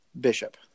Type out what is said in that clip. Bishop